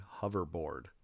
hoverboard